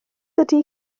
ydy